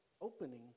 opening